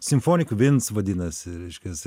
simfoni kvins vadinasi reiškias